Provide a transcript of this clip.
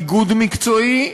איגוד מקצועי,